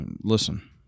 listen